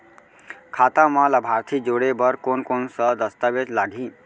खाता म लाभार्थी जोड़े बर कोन कोन स दस्तावेज लागही?